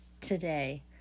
today